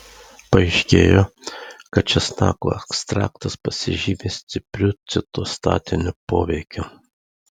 paaiškėjo kad česnako ekstraktas pasižymi stipriu citostatiniu poveikiu